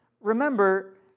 remember